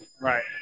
right